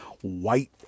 white